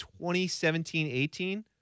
2017-18